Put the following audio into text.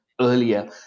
earlier